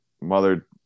mother